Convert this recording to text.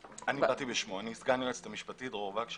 אנסה לא להתייחס לסיפור של ה-200 ולמה שקורה עכשיו,